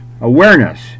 awareness